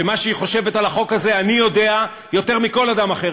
ומה שהיא חושבת על החוק הזה אני יודע יותר מכל אדם אחר,